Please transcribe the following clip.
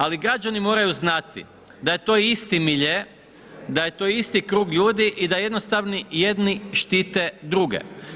Ali, građani moraju znati da je to isti milje, da je to isti krug ljudi i da jednostavno jedni štite druge.